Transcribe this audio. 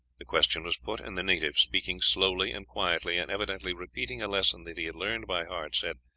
the question was put, and the native, speaking slowly and quietly, and evidently repeating a lesson that he had learned by heart, said,